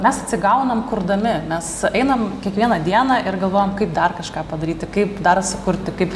mes atsigaunam kurdami mes einam kiekvieną dieną ir galvojam kaip dar kažką padaryti kaip dar sukurti kaip